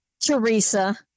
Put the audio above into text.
Teresa